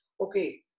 Okay